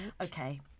Okay